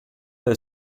del